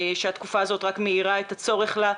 שהתקופה הזאת רק מאירה את הצורך לה.